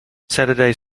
saturday